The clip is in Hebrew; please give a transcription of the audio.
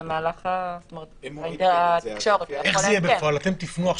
במהלך התקשורת הוא יכול לעדכן.